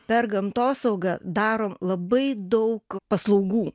per gamtosaugą darom labai daug paslaugų